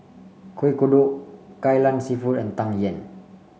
Kuih Kodok Kai Lan seafood and Tang Yuen